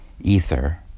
Ether